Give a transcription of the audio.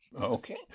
Okay